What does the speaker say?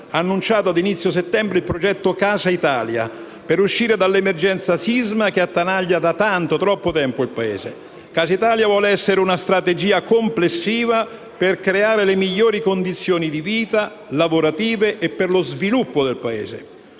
annunciato ad inizio settembre il progetto Casa Italia, per uscire dall'emergenza sisma che attanaglia da tanto, troppo tempo il Paese. Casa Italia vuole essere una strategia complessiva, per creare le migliori condizioni di vita lavorative e per lo sviluppo del Paese.